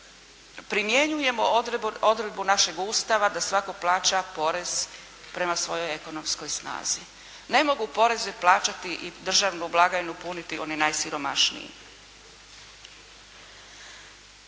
primjenjujemo odredbu našeg Ustava da svatko plaća porez prema svojoj ekonomskoj snazi. Ne mogu poreze plaćati i državnu blagajnu puniti oni najsiromašniji.